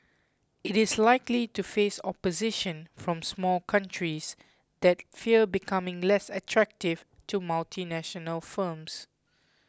it is likely to face opposition from small countries that fear becoming less attractive to multinational firms